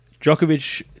Djokovic